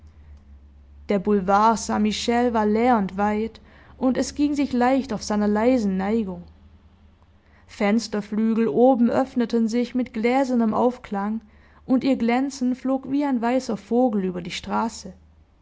der boulevard st michel war leer und weit und es ging sich leicht auf seiner leisen neigung fensterflügel oben öffneten sich mit gläsernem aufklang und ihr glänzen flog wie ein weißer vogel über die straße